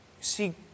see